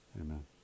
Amen